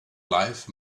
life